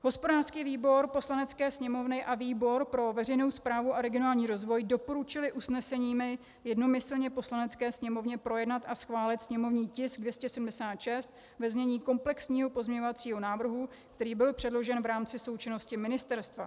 Hospodářský výbor Poslanecké sněmovny a výbor pro veřejnou správu a regionální rozvoj doporučily usneseními jednomyslně Poslanecké sněmovně projednat a schválit sněmovní tisk 276 ve znění komplexního pozměňovacího návrhu, který byl předložen v rámci součinnosti ministerstva.